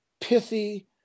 pithy